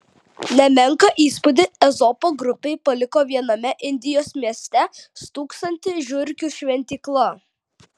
nemenką įspūdį ezopo grupei paliko viename indijos mieste stūksanti žiurkių šventykla